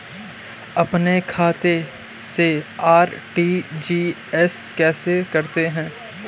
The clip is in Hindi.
अपने खाते से आर.टी.जी.एस कैसे करते हैं?